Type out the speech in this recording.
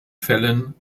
fällen